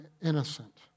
innocent